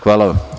Hvala.